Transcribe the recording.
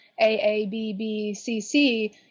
A-A-B-B-C-C